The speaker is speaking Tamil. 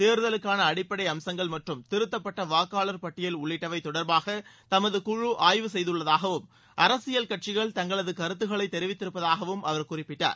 தேர்தலுக்காள அடிப்படை அம்சங்கள் மற்றும் திருத்தப்பட்ட வாக்காளர் பட்டியல் உள்ளிட்டவை தொடர்பாக தமது குழு ஆய்வு செய்துள்ளதாகவும் அரசியல் கட்சிகள் தங்களது கருத்துக்களை தெரிவித்திருப்பதாகவும் அவர் குறிப்பிட்டார்